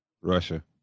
Russia